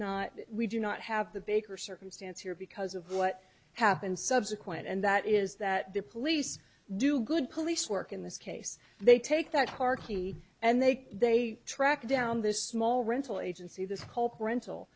not we do not have the baker circumstance here because of what happened subsequent and that is that the police do good police work in this case they take that harkey and they they tracked down this small rental agency this hulk rental